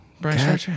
Brian